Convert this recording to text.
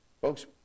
Folks